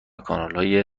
کانالهای